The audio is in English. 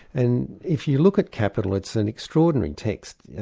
and if you look at capitalism, it's an extraordinary text,